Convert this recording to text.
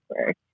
work